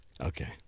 Okay